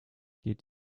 geht